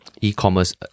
e-commerce